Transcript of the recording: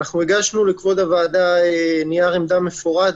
הגשנו לכבוד הוועדה נייר עמדה מפורט,